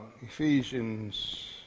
Ephesians